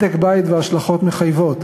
בדק-בית והשלכות מחייבות,